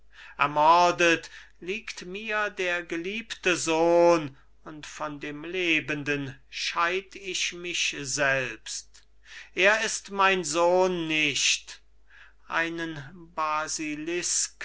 ermordet liegt mir der geliebte sohn und von dem lebenden scheid ich mich selbst er ist mein sohn nicht einen